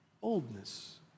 boldness